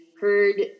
heard